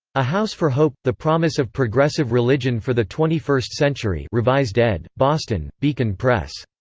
a house for hope the promise of progressive religion for the twenty-first century revised ed. boston beacon press.